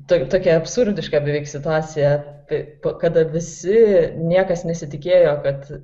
tai tokia absurdiška beveik situacija kai kada visi niekas nesitikėjo kad